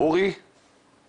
הוראות משרד הבריאות